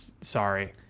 sorry